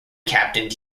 captained